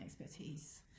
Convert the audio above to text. expertise